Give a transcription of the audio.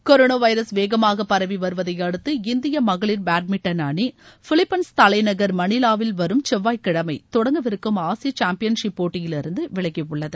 corona virus வேமாக பரவி வருவதையடுத்து இந்திய மகளிர் பேட்மிண்டன் அணி பிலிப்பைன்ஸ் தலைநகர் மணிலாவில் வரும் செல்வாய்க்கிழமை தொடங்கவிருக்கும் ஆசிய சாம்பியன் ஷிப் போட்டியிலிருந்து விலகி உள்ளது